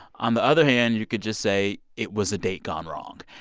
on the other hand, you could just say it was a date gone wrong.